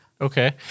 Okay